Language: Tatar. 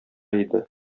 иде